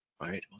Right